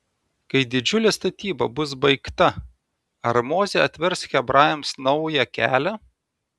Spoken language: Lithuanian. kai didžiulė statyba bus baigta ar mozė atvers hebrajams naują kelią